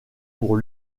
pour